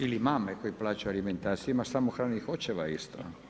Ili mame koje plaćaju alimentaciju, ima samohranih očeva isto.